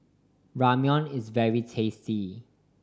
ramyeon is very tasty